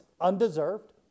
undeserved